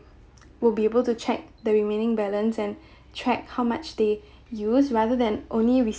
would be able to check the remaining balance and track how much they use rather than only